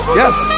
yes